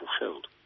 fulfilled